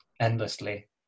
endlessly